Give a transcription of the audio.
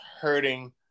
hurting